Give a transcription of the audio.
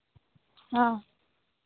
ᱦᱚᱸ